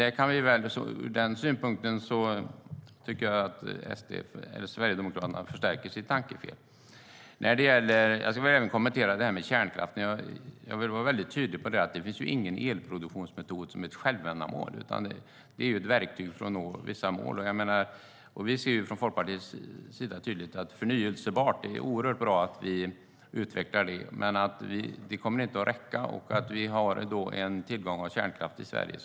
Ur denna synpunkt tycker jag att Sverigedemokraterna förstärker sitt tankefel. Jag ska även kommentera kärnkraften och vara mycket tydlig med att det inte finns någon elproduktionsmetod som är ett självändamål, utan den är ett verktyg för att nå vissa mål. Vi från Folkpartiet ser tydligt att det är oerhört bra att vi utvecklar det förnybara, men det kommer inte att räcka. Men vi har en tillgång av kärnkraft i Sverige.